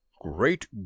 Great